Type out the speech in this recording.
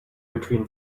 between